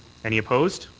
any opposed?